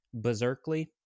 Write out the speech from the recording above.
berserkly